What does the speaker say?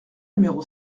numéro